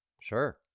Sure